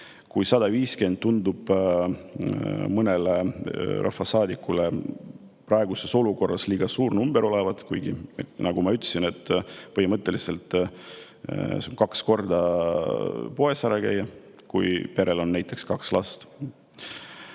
Kui 150 tundub mõnele rahvasaadikule praeguses olukorras liiga suur number olevat – kuigi, nagu ma ütlesin, põhimõtteliselt see on kaks korda poes ära käia, kui peres on näiteks kaks last